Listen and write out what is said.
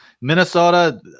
Minnesota